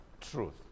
truth